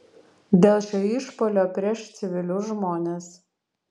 dėl šio išpuolio prieš civilius žmones